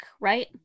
right